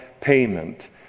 payment